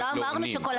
לא אמרנו שכל השנים.